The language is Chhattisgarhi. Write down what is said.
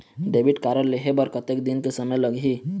डेबिट कारड लेहे बर कतेक दिन के समय लगही?